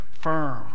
firm